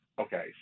okay